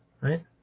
Right